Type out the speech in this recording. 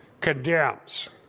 condemns